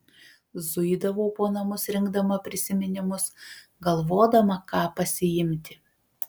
zuidavau po namus rinkdama prisiminimus galvodama ką pasiimti